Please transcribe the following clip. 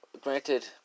Granted